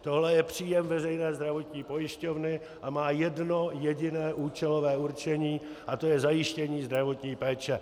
Tohle je příjem Veřejné zdravotní pojišťovny a má jedno jediné účelové určení a to je zajištění zdravotní péče.